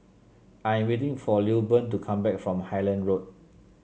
I am waiting for Lilburn to come back from Highland Road